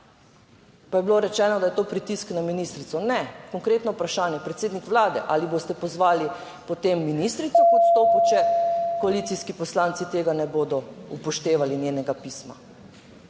Pa je bilo rečeno, da je to pritisk na ministrico, ne konkretno vprašanje. Predsednik Vlade, ali boste pozvali potem ministrico k odstopu, če koalicijski poslanci tega ne bodo upoštevali njenega pisma?